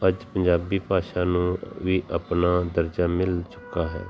ਅੱਜ ਪੰਜਾਬੀ ਭਾਸ਼ਾ ਨੂੰ ਵੀ ਆਪਣਾ ਦਰਜਾ ਮਿਲ ਚੁੱਕਾ ਹੈ